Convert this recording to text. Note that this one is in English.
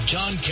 John